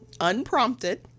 unprompted